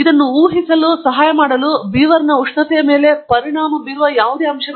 ಇದನ್ನು ಊಹಿಸಲು ಸಹಾಯ ಮಾಡಲು ಬೀವರ್ನ ಉಷ್ಣತೆಯ ಮೇಲೆ ಪರಿಣಾಮ ಬೀರುವ ಯಾವುದೇ ಅಂಶಗಳು ಇಲ್ಲ